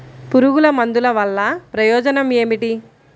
పురుగుల మందుల వల్ల ప్రయోజనం ఏమిటీ?